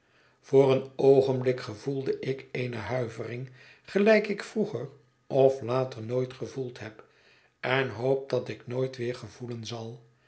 voor een oogenblik gevoelde ik eene huivering gelijk ik vroeger of later nooit gevoeld heb en hoop dat ik nooit weer gevoelen zal